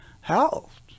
health